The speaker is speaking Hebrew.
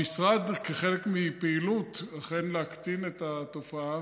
המשרד, כחלק מפעילות להקטין את התופעה,